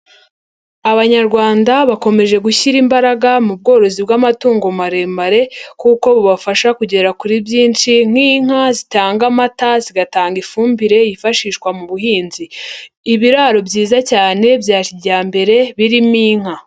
Abanyarwanda bakomeje gushyira imbaraga mu bworozi bw'amatungo maremare kuko bubafasha kugera kuri byinshi nk'inka zitanga amata, zigatanga ifumbire yifashishwa mu buhinzi, ibiraro byiza cyane bya kijyambere birimo inka.